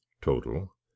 total